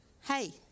Hey